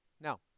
Now